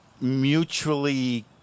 mutually